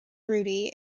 rudy